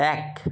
এক